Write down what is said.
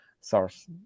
source